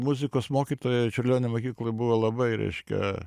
muzikos mokytojai čiurlionio mokykloj buvo labai reiškia